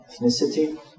ethnicity